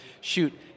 shoot